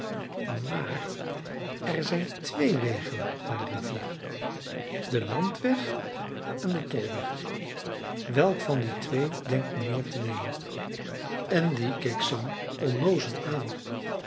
maar er zijn twee wegen naar de rivier de landweg en de tolweg welken van die twee denkt mijnheer te nemen andy keek sam onnoozel aan